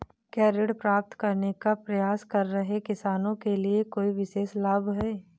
क्या ऋण प्राप्त करने का प्रयास कर रहे किसानों के लिए कोई विशेष लाभ हैं?